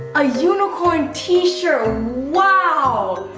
a unicorn t-shirt. wow!